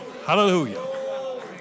Hallelujah